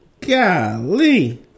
Golly